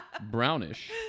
brownish